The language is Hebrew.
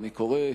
אני קורא